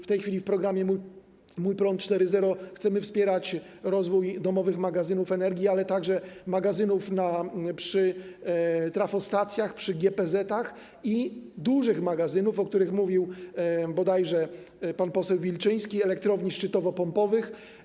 W tej chwili w programie ˝Mój prąd˝ 4.0 chcemy wspierać rozwój domowych magazynów energii, ale także magazynów przy trafostacjach, przy GPZ-etach, i dużych magazynów, o których mówił bodajże pan poseł Wilczyński, elektrowni szczytowo-pompowych.